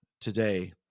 today